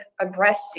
aggressive